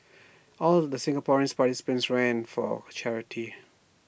all the Singaporean participants ran for charity